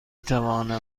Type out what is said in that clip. توانم